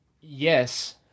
yes